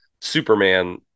Superman